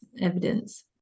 evidence